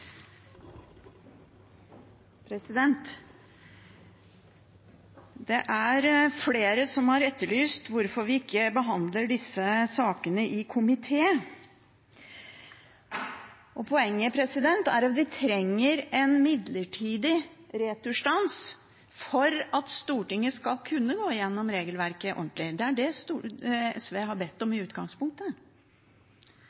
Det er flere som har etterlyst hvorfor vi ikke behandler disse sakene i komité. Poenget er at vi trenger en midlertidig returstans for at Stortinget skal kunne gå igjennom regelverket ordentlig – det er det SV har bedt om